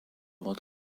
what